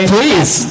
Please